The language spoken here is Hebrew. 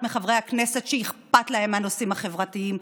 מחברי הכנסת שאכפת לו מהנושאים החברתיים,